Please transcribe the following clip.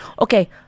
Okay